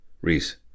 Reese